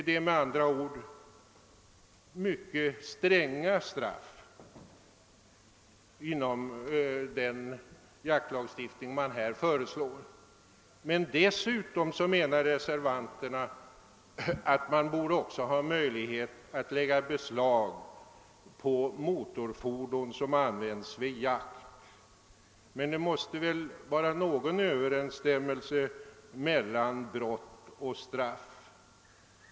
Det är med andra ord mycket stränga straff inom den jaktlagstiftning som här föreslås. Dessutom menar reservanterna att man borde ha möjlighet att lägga beslag på motorfordon som används vid jakt. Men det måste väl ändå vara någon Ööverensstämmelse mellan brott och straff.